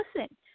listen